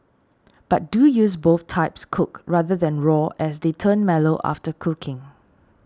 but do use both types cooked rather than raw as they turn mellow after cooking